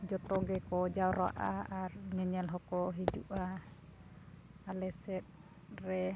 ᱡᱚᱛᱚ ᱜᱮᱠᱚ ᱡᱟᱨᱚᱣᱟᱜᱼᱟ ᱟᱨ ᱧᱮᱧᱮᱞ ᱦᱚᱸᱠᱚ ᱦᱤᱡᱩᱜᱼᱟ ᱟᱞᱮ ᱥᱮᱫᱨᱮ